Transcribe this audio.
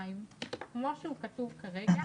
כמו שהוא כתוב כרגע,